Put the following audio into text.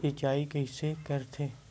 सिंचाई कइसे करथे?